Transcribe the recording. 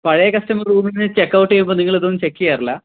പഴയ കസ്റ്റമര് റൂമില്നിന്ന് ചെകൗട്ടെയ്യുമ്പോള് നിങ്ങളിതൊന്നും ചെക്കെയ്യാറില്ല